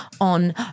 on